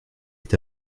est